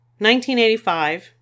1985